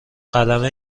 قلمه